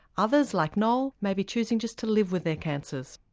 others like noel may be choosing just to live with their cancers.